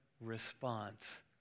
response